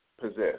possess